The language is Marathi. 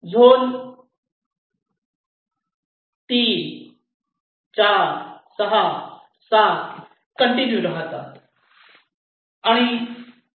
झोन 3 4 6 7 4 कंटिन्यू राहतात